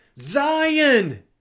Zion